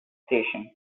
station